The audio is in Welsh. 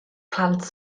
plant